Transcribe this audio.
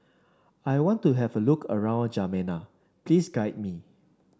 I want to have a look around Djamena please guide me